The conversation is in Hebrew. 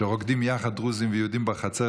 שרוקדים יחד דרוזים ויהודים בחצר,